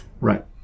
Right